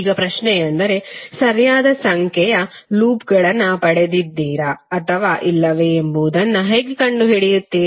ಈಗ ಪ್ರಶ್ನೆಯೆಂದರೆ ಸರಿಯಾದ ಸಂಖ್ಯೆಯ ಲೂಪ್ಗಳನ್ನು ಪಡೆದಿದ್ದೀರಾ ಅಥವಾ ಇಲ್ಲವೇ ಎಂಬುದನ್ನು ಹೇಗೆ ಕಂಡುಹಿಡಿಯುತ್ತೀರಿ